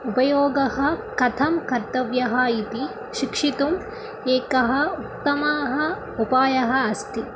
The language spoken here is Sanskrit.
उपयोगः कथं कर्तव्यः इति शिक्षितुम् एकः उत्तमः उपायः अस्ति